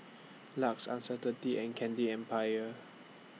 LUX and Certainty and Candy Empire